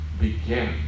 began